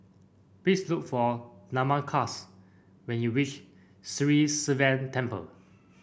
please look for Lamarcus when you reach Sri Sivan Temple